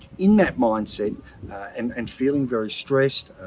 in that mindset and and feeling very stressed,